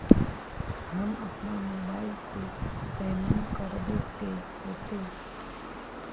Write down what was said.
हम अपना मोबाईल से पेमेंट करबे ते होते?